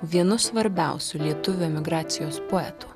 vienu svarbiausių lietuvių emigracijos poetų